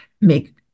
make